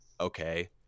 okay